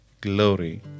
glory